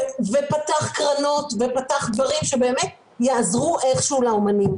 ופתח קרנות ופתח דברים שיעזרו איכשהו לאומנים.